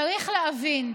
צריך להבין,